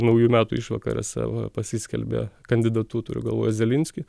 naujų metų išvakarėse va pasiskelbė kandidatu turiu galvoj zelinskį